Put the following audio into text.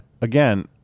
again